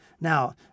Now